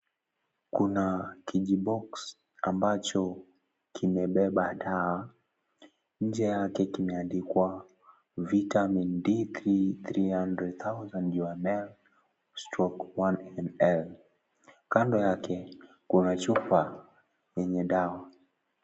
Kuna kijibox, ambacho, kimebeba dawa, nje yake kimeandikwa, (cs) vitamin D3,300000uml/1ml (cs), kando yake kuna chupa, yenye dawa.